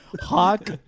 Hawk